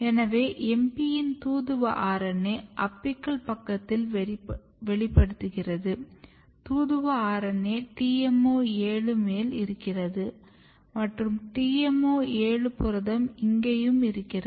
எனேவ MP யின் தூதுவ RNA apical பக்கத்தில் வெளிப்படுகிறது தூதுவ RNA TMO 7 மேல் இருக்கிறது மற்றும் TMO 7 புரதம் இங்கயும் இருக்கிறது